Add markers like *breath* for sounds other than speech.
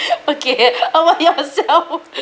*breath* okay *laughs* *breath* how about yourself *laughs*